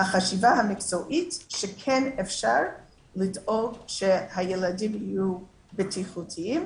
החשיבה המקצועית היא שכן אפשר לדאוג שהילדים יהיו בטוחים.